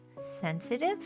Sensitive